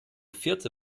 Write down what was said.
vierte